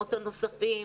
ולמקומות הנוספים?